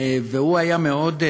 והוא היה מאוד,